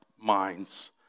minds